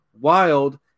Wild